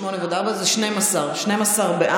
שמונה ועוד ארבעה זה 12. 12 בעד.